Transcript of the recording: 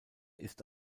ist